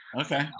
Okay